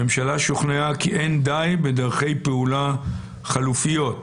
הממשלה שוכנעה כי אין די בדרכי פעולה חלופיות.